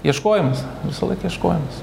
ieškojimas visąlaik ieškojimas